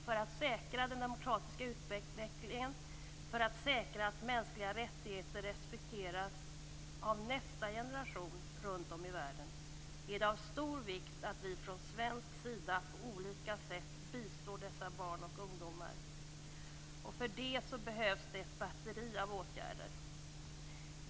För att säkra den demokratiska utvecklingen, för att säkra mänskliga rättigheter respekteras av nästa generation runtom i världen är det av stor vikt att vi från svensk sida på olika sätt bistår dessa barn och ungdomar. För det behövs ett batteri av åtgärder.